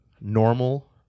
normal